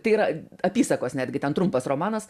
tai yra apysakos netgi ten trumpas romanas